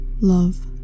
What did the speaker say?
love